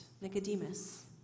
Nicodemus